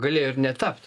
galėjo ir netapt